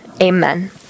Amen